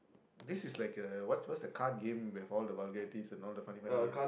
this is like a what's what's the card game with all the vulgarities and all the funny funny ah